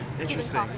Interesting